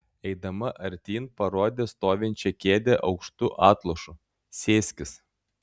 eidama artyn parodė stovinčią kėdę aukštu atlošu sėskis